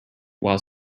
while